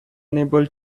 unable